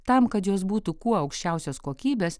tam kad jos būtų kuo aukščiausios kokybės